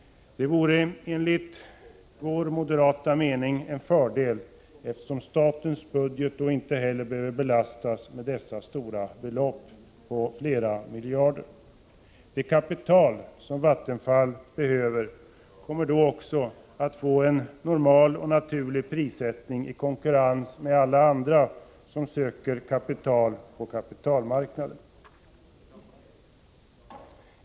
Detta vore enligt vår moderata mening en fördel, eftersom statens budget då inte behöver belastas med dessa stora belopp på flera miljarder. Det kapital som Vattenfall behöver kommer då också att prissättas i konkurrens med alla andra som söker kapital på kapitalmarknaden.